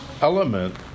element